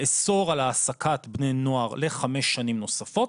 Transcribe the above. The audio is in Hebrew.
לאסור על העסקת בני נוער לחמש שנים נוספות